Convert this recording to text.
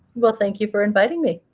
well, thank you for inviting me.